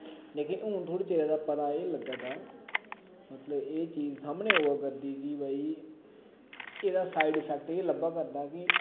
लेकिन हून थोह्ड़े चिरै दा पता एह् लग्गा दा मतलब एह् चीज सामने होआ करदी कि भाई एह्दा साइडइफैक्ट एह् लब्भा करदा कि